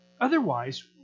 otherwise